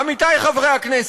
עמיתי חברי הכנסת,